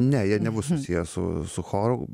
ne jie nebus susiję su su choru